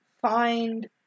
find